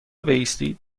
بایستید